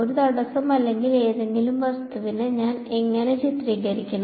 ഒരു തടസ്സം അല്ലെങ്കിൽ ഏതെങ്കിലും വസ്തുവിനെ ഞാൻ എങ്ങനെ ചിത്രീകരിക്കണം